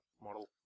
model